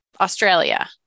Australia